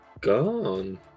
gone